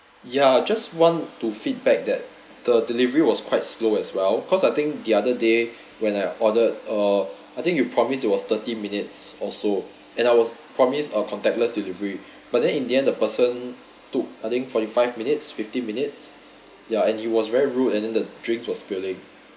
ya just want to feedback that the delivery was quite slow as well cause I think the other day when I ordered uh I think you promise it was thirty minutes also and I was promised a contactless delivery but then in the end the person took I think forty five minutes fifty minutes ya and he was very rude and then the drinks was spilling